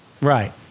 right